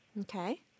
okay